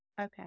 Okay